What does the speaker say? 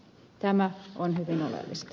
tämä on hyvin oleellista